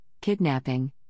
kidnapping